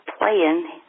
playing